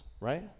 right